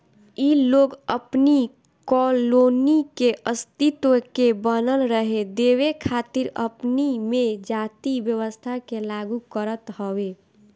इ लोग अपनी कॉलोनी के अस्तित्व के बनल रहे देवे खातिर अपनी में जाति व्यवस्था के लागू करत हवे